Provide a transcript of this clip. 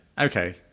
Okay